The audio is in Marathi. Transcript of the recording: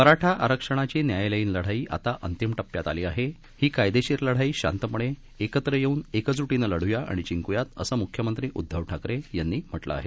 मराठा आरक्षणाची न्यायालयीन लढाई आता अंतिम टप्प्यात आली आहे ही कायदेशीर लढाई शांतपणे एकत्र येऊन एकजूटीनं लढ्या आणि जिंकूयात असं मुख्यमंत्री उद्दव ठाकरे यांनी म्हटलं आहे